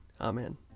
Amen